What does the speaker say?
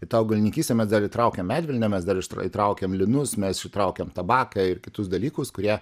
į tą augalininkystę mes dar įtraukėm medvilnę mes dar išt įtraukėm linus mes įtraukėm tabaką ir kitus dalykus kurie